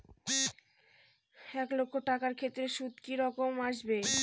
এক লাখ টাকার ক্ষেত্রে সুদ কি রকম আসবে?